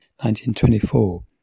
1924